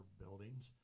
buildings